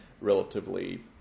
relatively